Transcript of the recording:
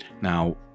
Now